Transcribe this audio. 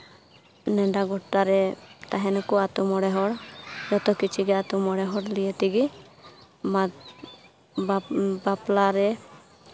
ᱱᱮᱰᱟ ᱜᱚᱴᱟ ᱨᱮ ᱛᱟᱦᱮᱱᱟᱠᱚ ᱟᱹᱛᱩ ᱢᱚᱬᱮ ᱦᱚᱲ ᱡᱚᱛᱚ ᱠᱤᱪᱷᱩ ᱜᱮ ᱟᱹᱛᱩ ᱢᱚᱬᱮ ᱦᱚᱲ ᱱᱤᱭᱮ ᱛᱮᱜᱮ ᱵᱟᱯᱞᱟ ᱨᱮ